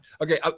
Okay